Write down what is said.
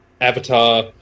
Avatar